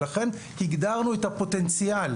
לכן הגדרנו את הפוטנציאל,